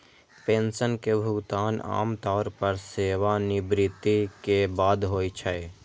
pension के भुगतान आम तौर पर सेवानिवृत्ति के बाद होइ छै